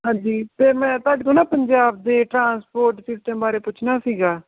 ਹਾਂਜੀ ਅਤੇ ਮੈਂ ਤੁਹਾਡੇ ਤੋਂ ਨਾ ਪੰਜਾਬ ਦੇ ਟਰਾਂਸਪੋਰਟ ਸਿਸਟਮ ਬਾਰੇ ਪੁੱਛਣਾ ਸੀਗਾ